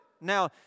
Now